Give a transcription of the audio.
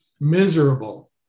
miserable